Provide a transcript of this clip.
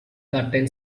curtain